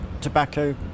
tobacco